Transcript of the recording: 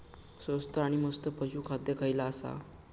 स्वस्त आणि मस्त पशू खाद्य खयला आसा?